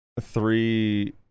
three